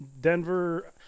Denver